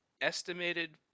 estimated